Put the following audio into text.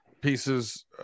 pieces